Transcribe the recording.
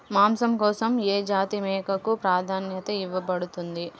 మాంసం కోసం ఏ జాతి మేకకు ప్రాధాన్యత ఇవ్వబడుతుంది?